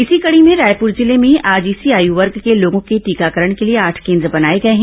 इसी कड़ी में रायपुर जिले में आज इसी आयू वर्ग के लोगों के टीकाकरण के लिए आठ केन्द्र बनाए गए हैं